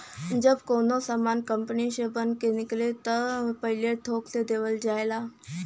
जब कउनो सामान कंपनी से बन के निकले त पहिले थोक से देवल जाला